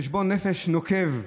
חשבון נפש נוקב,